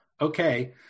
Okay